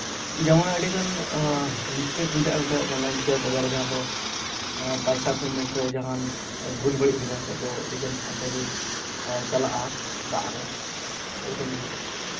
ᱡᱮᱢᱚᱱ ᱟᱹᱰᱤᱜᱟᱱ ᱢᱤᱥᱴᱮᱠ ᱦᱩᱭ ᱫᱟᱲᱮᱭᱟᱜᱼᱟ ᱚᱸᱰᱮ ᱚᱱᱞᱟᱭᱤᱱ ᱥᱮᱭᱟᱨ ᱵᱟᱡᱟᱨ ᱡᱟᱦᱟᱸ ᱫᱚ ᱯᱚᱭᱥᱟ ᱯᱮᱢᱮᱱᱴ ᱨᱮ ᱡᱟᱦᱟᱱ ᱵᱷᱩᱞ ᱵᱟᱹᱲᱤᱡ ᱦᱩᱭ ᱞᱮᱱᱠᱷᱟᱱ ᱫᱚ ᱟᱹᱰᱤᱜᱟᱱ ᱯᱚᱭᱥᱟ ᱜᱮ ᱪᱟᱞᱟᱜᱼᱟ ᱫᱟᱜ ᱨᱮ ᱥᱮᱨᱚᱠᱚᱢ ᱜᱮ